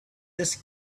his